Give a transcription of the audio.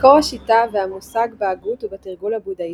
מקור השיטה והמושג בהגות ובתרגול הבודהיסטי,